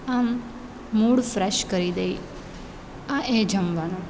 આમ mood fresh કરી દે આ એ જમવાનું